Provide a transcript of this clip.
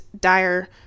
dire